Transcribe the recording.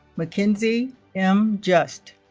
mckenzie m. just